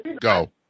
go